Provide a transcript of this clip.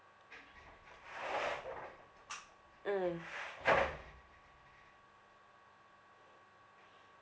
mm